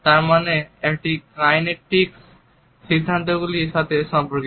তারমানে এটি কাইনেসেটিক সিদ্ধান্তগুলির সাথে সম্পর্কিত